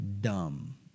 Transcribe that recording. dumb